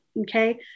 Okay